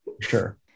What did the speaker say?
sure